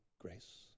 grace